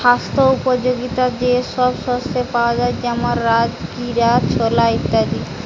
স্বাস্থ্য উপযোগিতা যে সব শস্যে পাওয়া যায় যেমন রাজগীরা, ছোলা ইত্যাদি